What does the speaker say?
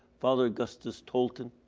father augustus tolton,